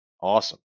Awesome